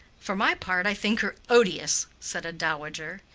for my part, i think her odious, said a dowager.